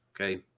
Okay